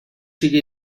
sigui